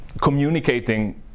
Communicating